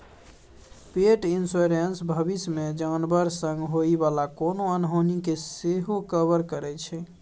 पेट इन्स्योरेन्स भबिस मे जानबर संग होइ बला कोनो अनहोनी केँ सेहो कवर करै छै